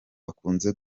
bakunze